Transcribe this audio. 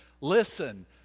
listen